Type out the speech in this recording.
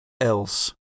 else